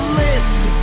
list